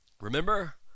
Remember